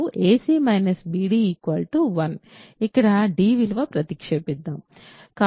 కాబట్టి మనకు ac bd 1 ఇక్కడ d విలువ ప్రతిక్షేపిద్దాం